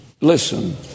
listen